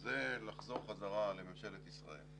זה לחזור חזרה לממשלת ישראל,